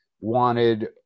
wanted